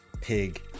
pig